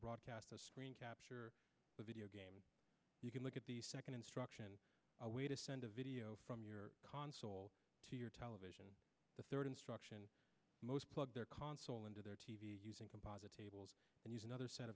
broadcast a screen capture with video game you can look at the second instruction a way to send a video from your console to your television the third instruction most plugged their console into their t v using composite tables and use another set